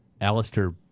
Alistair